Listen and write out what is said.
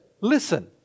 listen